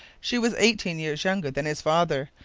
she was eighteen years younger than his father,